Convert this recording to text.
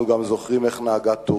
אנחנו גם זוכרים איך נהגה טורקיה.